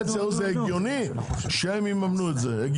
הגיוני שהם יממנו את ה-7.5%.